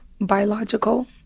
biological